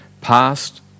past